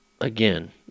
Again